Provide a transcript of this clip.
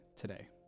today